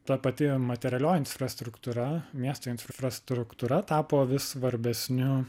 ta pati materialioji infrastruktūra miesto infrastruktūra tapo vis svarbesniu